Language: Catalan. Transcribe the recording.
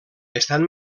estan